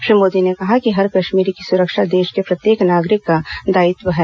श्री मोदी ने कहा कि हर कश्मीरी की सुरक्षा देश के प्रत्येक नागरिक का दायित्व है